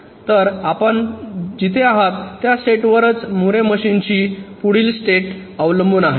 तर आपण जेथे आहात त्या स्टेटवरच मूरे मशीनची पुढील स्टेट अवलंबून आहे